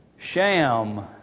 Sham